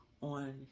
on